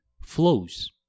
flows